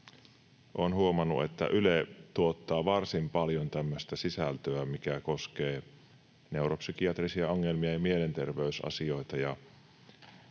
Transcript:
olen huomannut, että Yle tuottaa varsin paljon tämmöistä sisältöä, mikä koskee neuropsykiatrisia ongelmia ja mielenterveysasioita.